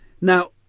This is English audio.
Now